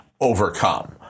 overcome